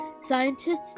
scientists